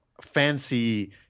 fancy